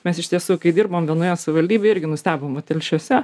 mes iš tiesų kai dirbom vienoje savivaldybėj irgi nustebom va telšiuose